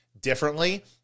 differently